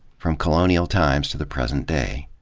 from colonial times to the present day.